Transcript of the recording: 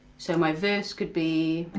so my verse could be.